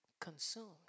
consumed